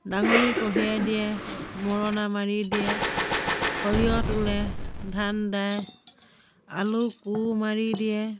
ডাঙৰি কঢ়িয়াই দিয়ে মৰণা মাৰি দিয়ে সৰিয়হত তোলে ধান দায় আলু কোৰ মাৰি দিয়ে